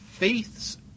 faith's